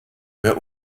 wer